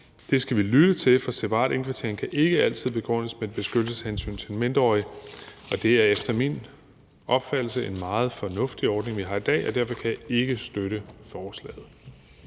Det skal vi lytte til, for separat indkvartering kan ikke altid begrundes med et beskyttelseshensyn til den mindreårige. Det er efter min opfattelse en meget fornuftig ordning, vi har i dag, og derfor kan jeg ikke støtte forslaget.